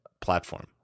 platform